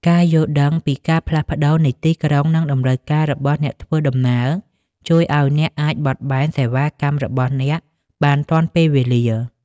ការយល់ដឹងពីការផ្លាស់ប្តូរនៃទីក្រុង និងតម្រូវការរបស់អ្នកធ្វើដំណើរ ជួយឱ្យអ្នកអាចបត់បែនសេវាកម្មរបស់អ្នកបានទាន់ពេលវេលា។